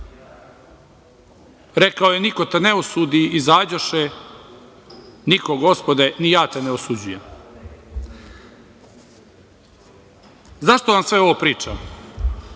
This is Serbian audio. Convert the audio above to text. Rekao je – niko te ne osudi, izađoše, niko, Gospode, ni ja te ne osuđujem.Zašto vam sve ovo pričam?